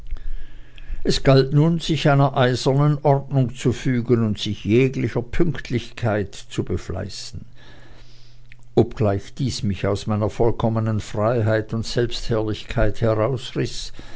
es galt nun sich einer eisernen ordnung zu fügen und sich jeder pünktlichkeit zu befleißen obgleich dies mich aus meiner vollkommenen freiheit und selbstherrlichkeit herausriß